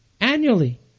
Annually